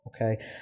Okay